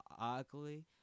ugly